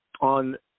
on